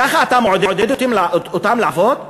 ככה אתה מעודד אותם לעבוד?